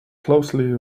closely